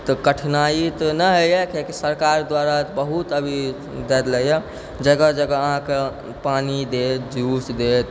तऽ कठिनाइ तऽ नहि हय यऽ कियाकि सरकार द्वारा बहुत अभी दए देलक यऽ जगह जगह अहाँके पानि देत जूस देत